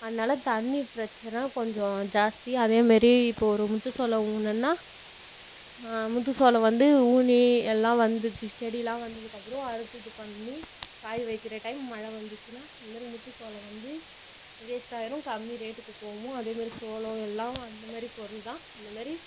அதனால தண்ணி பிரச்சினை கொஞ்சம் ஜாஸ்தியா அதேமாரி இப்போ ஒரு முத்து சோளம் ஊனுன்னுனால் முத்து சோளம் வந்து ஊனி எல்லாம் வந்துச்சு செடிலாம் வந்ததுக்கு அப்புறோம் அடுத்தது இது பண்ணி காய் வைக்கிற டைம் மழை வந்துச்சுனால் இது மாதிரி முத்து சோளம் வந்து வேஸ்ட் ஆயிடும் கம்மி ரேட்டுக்கு போவும் அதேமாரி சோளம் எல்லாம் அந்தமாரி பொருள் தான் இந்தமாரி